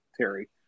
Terry